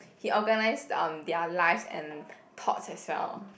he organise um their lives and thoughts as well